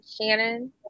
Shannon